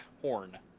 Horn